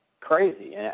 crazy